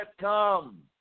come